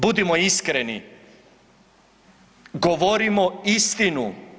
Budimo iskreni, govorimo istinu.